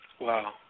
Wow